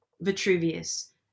Vitruvius